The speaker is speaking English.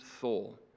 soul